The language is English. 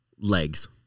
legs